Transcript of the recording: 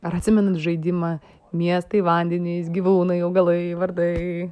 ar atsimenat žaidimą miestai vandenys gyvūnai augalai vardai